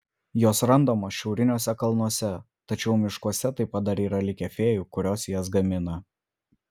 jos randamos šiauriniuose kalnuose tačiau miškuose taip pat dar yra likę fėjų kurios jas gamina